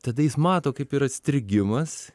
tada jis mato kaip yra strigimas